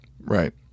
right